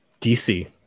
DC